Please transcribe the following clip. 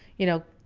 you know,